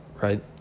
right